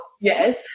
Yes